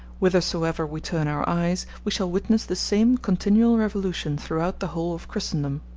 whithersoever we turn our eyes we shall witness the same continual revolution throughout the whole of christendom.